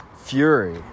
fury